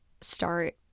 start